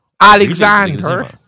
Alexander